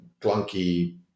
clunky